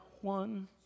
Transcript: one